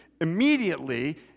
immediately